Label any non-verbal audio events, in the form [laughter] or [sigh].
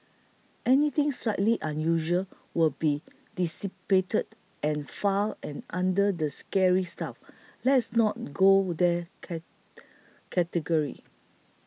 anything slightly unusual will be deciphered and filed and under the scary stuff let's not go there [unintelligible] category